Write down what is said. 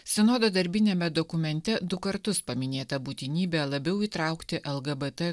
sinodo darbiniame dokumente du kartus paminėta būtinybė labiau įtraukti lgbt